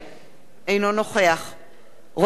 אינו נוכח רונית תירוש,